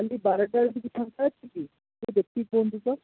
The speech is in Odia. କାଲି ବାରଟା ବେଳକୁ କିଛି ଫାଙ୍କା ଅଛି କି ଟିକେ ଦେଖିକି କୁହନ୍ତୁ ତ